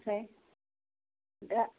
आमफ्राय दा